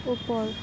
ওপৰ